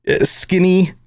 skinny